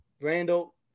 Randall